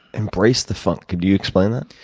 embrace the funk. could you explain that?